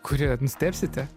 kuri nustebsite